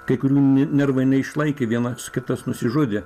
kai kurių nervai neišlaikė vienas kitas nusižudė